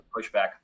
pushback